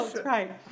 right